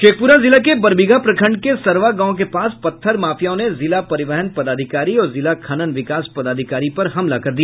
शेखपूरा जिला के बरबीघा प्रखंड के सर्वा गांव के पास पत्थर माफियाओं ने जिला परिवहन पदाधिकारी और जिला खनन विकास पदाधिकारी पर हमला कर दिया